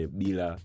bila